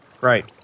right